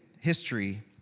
history